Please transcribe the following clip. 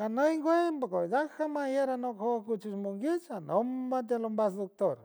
ganay guey por que dejan y ahora no cuchuch monguiuts ma te doctor.